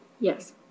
Yes